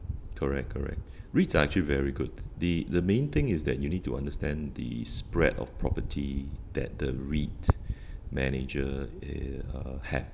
correct correct REITs are actually very good the the main thing is that you need to understand the spread of property that the REIT manager a~ uh have